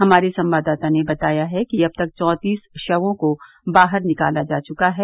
हमारे संवाददाता ने बताया कि अब तक चौतीस शयों को बाहर निकाला जा चुका है